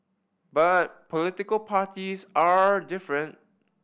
but political parties are different